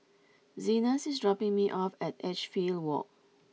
Zenas is dropping me off at Edgefield Walk